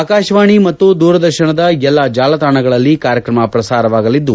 ಆಕಾಶವಾಣಿ ಮತ್ತು ದೂರದರ್ತನದ ಎಲ್ಲಾ ಜಾಲತಾಣಗಳಲ್ಲಿ ಕಾರ್ಯಕ್ರಮ ಪ್ರಸಾರವಾಗಲಿದ್ದು